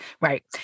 Right